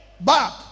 back